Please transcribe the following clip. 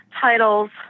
titles